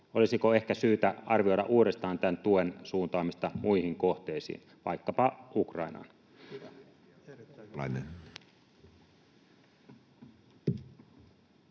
Olisiko ehkä syytä arvioida uudestaan tämän tuen suuntaamista muihin kohteisiin, vaikkapa Ukrainaan?